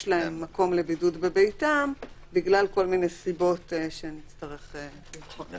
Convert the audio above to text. להם מקום לבידוד בביתם בגלל כל מיני סיבות שנצטרך לבחון.